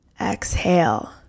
Exhale